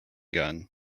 gun